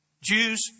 Jews